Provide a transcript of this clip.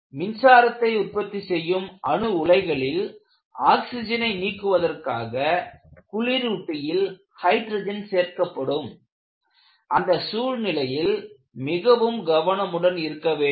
மின்சாரத்தை உற்பத்தி செய்யும் அணு உலைகளில் ஆக்சிஜனை நீக்குவதற்காக குளிரூட்டியில் ஹைட்ரஜன் சேர்க்கப்படும் அந்த சூழ்நிலையில் மிகவும் கவனமுடன் இருக்க வேண்டும்